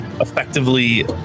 effectively